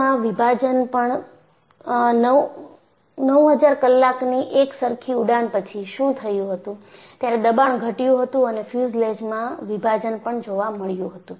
9000 કલાકની એક સરખી ઉડાન પછી શું થયું હતું ત્યારે દબાણ ઘટ્યું હતું અને ફ્યુઝલેજમાં વિભાજન પણ જોવા મળ્યું હતું